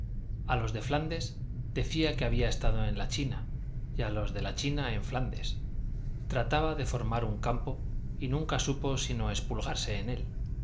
a los de flandes decía que había estado en la china y a los de la china en flandes trataba de formar un campo y nunca supo sino espulgarse en él